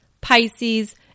Pisces